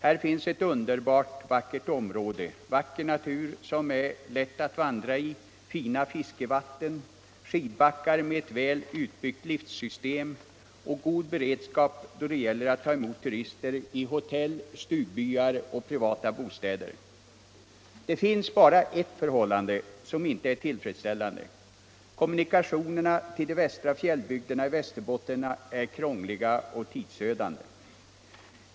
Här finns ett underbart vackert område med skön natur som är lätt att vandra i, fina fiskevatten, skidbackar med ett väl utbyggt liftsystem och god beredskap att ta emot turister i hotell, stugbyar och privata bostäder. Bara ett förhållande är inte tillfredsställande: kommunikationerna till de västra fjällbygderna i Västerbotten är krångliga och tidsödande.